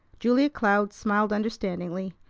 julia cloud smiled understandingly,